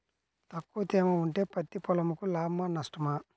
తక్కువ తేమ ఉంటే పత్తి పొలంకు లాభమా? నష్టమా?